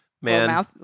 Man